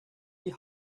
die